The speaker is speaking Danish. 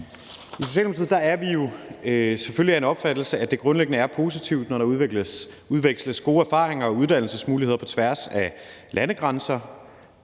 I Socialdemokratiet er vi jo selvfølgelig af den opfattelse, at det grundlæggende er positivt, når der udveksles gode erfaringer og uddannelsesmuligheder på tværs af landegrænser.